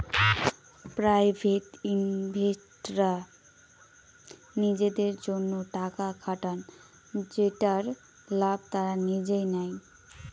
private ইনভেস্টররা নিজেদের জন্য টাকা খাটান যেটার লাভ তারা নিজেই নেয়